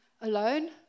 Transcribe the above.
alone